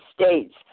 states